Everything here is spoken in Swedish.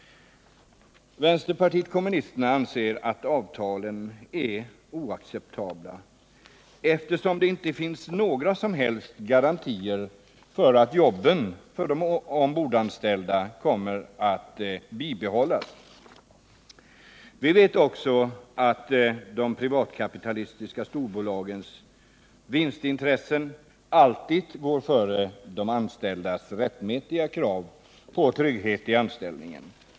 Vänsterpartiet kommunisterna anser att avtalen är oacceptabla, eftersom det inte finns några som helst garantier för att jobben för de ombordanställda kommer att bibehållas. Vi vet också att de privatkapitalistiska storbolagens vinstintressen alltid går före de anställdas rättmätiga krav på trygghet i anställningen.